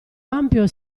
ampio